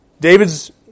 David's